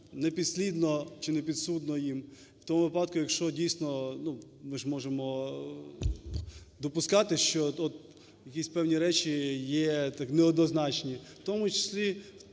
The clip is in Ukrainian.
не підслідно чи не підсудно їм, в тому випадку, якщо дійсно, ну, ми ж можемо допускати, що от якісь певні речі є так неоднозначні. В тому числі